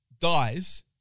Dies